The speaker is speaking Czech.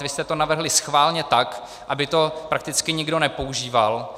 Vy jste to navrhli schválně tak, aby to prakticky nikdo nepoužíval.